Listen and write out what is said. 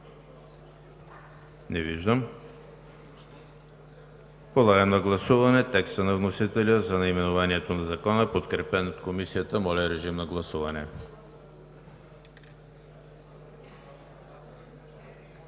Не виждам. Подлагам на гласуване текста на вносителя за наименованието на Закона, подкрепено от Комисията. Гласували